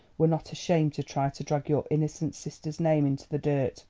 were not ashamed to try to drag your innocent sister's name into the dirt.